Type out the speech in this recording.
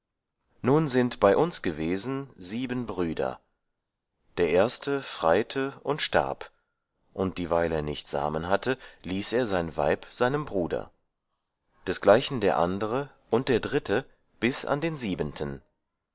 nun sind bei uns gewesen sieben brüder der erste freite und starb und dieweil er nicht samen hatte ließ er sein weib seinem bruder desgleichen der andere und der dritte bis an den siebenten